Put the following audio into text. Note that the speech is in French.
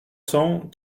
cent